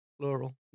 plural